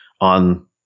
on